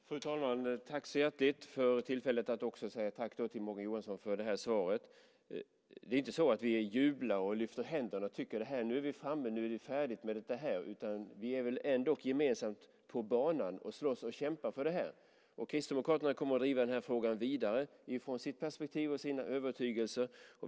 Fru talman! Jag tackar så hjärtligt för tillfället att säga tack till Morgan Johansson också för det här svaret. Det är inte så att vi jublar, lyfter händerna och tycker att nu är vi framme, nu är det färdigt, men vi är ändå gemensamt på banan och slåss och kämpar för det här. Kristdemokraterna kommer att driva den här frågan vidare från sitt perspektiv och sina övertygelser.